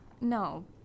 No